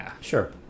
sure